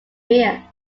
here